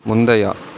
முந்தைய